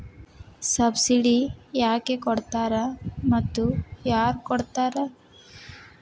Subsidy ಯಾಕೆ ಕೊಡ್ತಾರ ಮತ್ತು ಯಾರ್ ಕೊಡ್ತಾರ್?